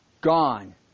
gone